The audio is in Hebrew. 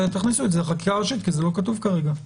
תכניסו את זה לחקיקה הראשית, כי זה לא כתוב כרגע.